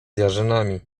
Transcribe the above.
jarzynami